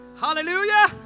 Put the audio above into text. Hallelujah